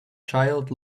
child